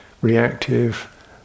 reactive